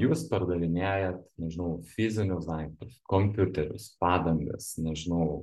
jūs pardavinėjat nežinau fizinius daiktus kompiuterius padangas nežinau